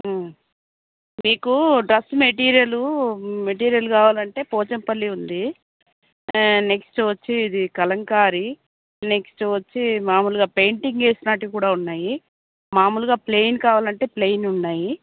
మీకు dress material material కావాలంటే పోచంపల్లి ఉంది నెక్స్ట్ వచ్చి ఇది కలంకారీ నెక్స్ట్ వచ్చి మాములుగా పెయింటింగ్ వేసిన వాటివి కూడా ఉన్నాయి మాములుగా ప్లేన్ కావాలంటే ప్లేన్ ఉన్నాయి